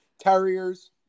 Terriers